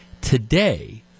Today